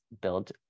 build